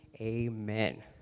amen